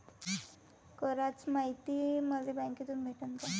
कराच मायती मले बँकेतून भेटन का?